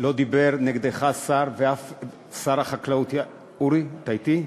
לא דיבר נגדך, שר החקלאות אורי, אתה אתי?